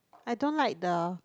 I don't like the